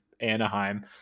Anaheim